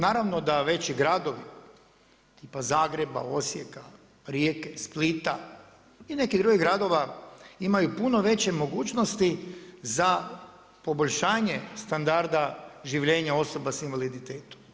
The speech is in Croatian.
Naravno da veći gradovi, tipa Zagreba, Osijeka, Rijeke, Splita, i nekih drugih gradova imaju puno veće mogućnosti za poboljšane standarda življenja osoba sa invaliditetom.